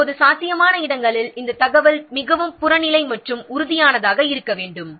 இப்போது சாத்தியமான இடங்களில் இந்த தகவல் மிகவும் புறநிலை மற்றும் உறுதியானதாக இருக்க வேண்டும்